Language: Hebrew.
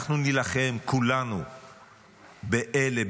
אנחנו נילחם כולנו באלה,